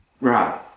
Right